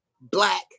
black